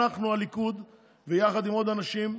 אנחנו הליכוד, יחד עם עוד אנשים,